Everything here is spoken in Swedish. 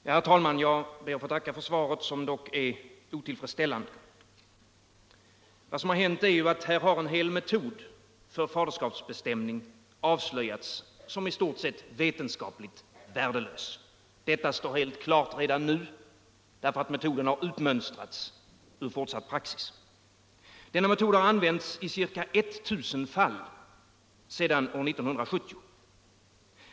Herr talman! Jag ber att få tacka för svaret. som dock är otillfredsställandé. Här har en hel metod för faderskapsbestämning avslöjats som i stort sett vetenskapligt värdelös — detta står redan nu helt klart. Metoden har utmönstrats ur fortsatt praxis. Denna metod har använts i ca 1 000 fall sedan år 1970.